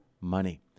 money